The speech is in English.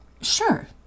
sure